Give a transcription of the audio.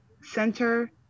Center